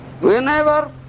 Whenever